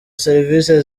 serivisi